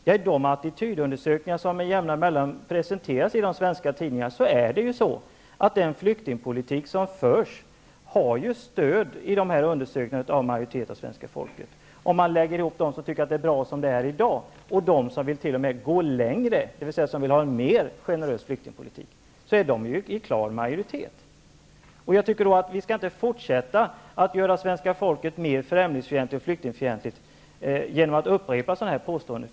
Enligt de attitydundersökningar som med jämna mellanrum presenteras i svenska tidningar har den flyktingpolitik som förs stöd av en majoritet av svenska folket. Om man lägger ihop dem som tycker det är bra som det är i dag och dem som vill gå längre, dvs. ha en mer generös flyktingpolitik, finner man att denna grupp är i klar majoritet. Då skall vi inte fortsätta att utmåla svenska folket som mer främlingsfientligt och flyktingfientligt än det är genom att upprepa sådana påståenden.